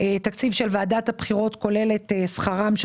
מתקציב ועדת הבחירות כולל את שכרם של